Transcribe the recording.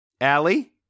Allie